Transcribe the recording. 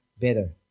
better